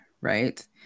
right